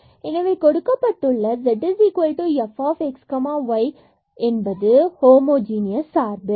எனவே கொடுக்கப்பட்டுள்ள z f x y என்பது ஒரு ஹோமோஜீனியஸ் சார்பு